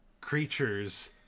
creatures